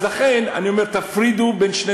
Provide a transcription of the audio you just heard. אני מביא לך נתונים ממשלתיים,